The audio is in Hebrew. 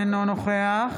אינו נוכח